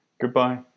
Goodbye